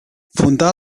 fundà